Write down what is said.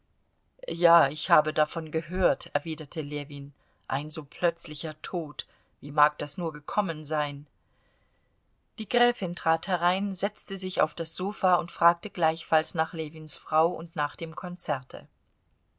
ja ich habe davon gehört erwiderte ljewin ein so plötzlicher tod wie mag das nur gekommen sein die gräfin trat herein setzte sich auf das sofa und fragte gleichfalls nach ljewins frau und nach dem konzerte